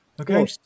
Okay